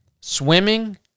swimming